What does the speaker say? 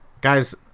Guys